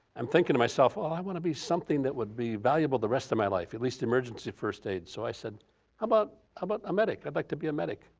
i'm thinking to myself, oh, i wanna be something that would be valuable the rest of my life, at least emergency first aid, so i said how about medic, i'd like to be a medic.